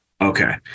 Okay